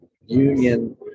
union